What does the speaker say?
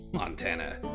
Montana